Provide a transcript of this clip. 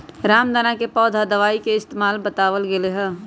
रामदाना के पौधा दवाई के इस्तेमाल बतावल गैले है